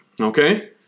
Okay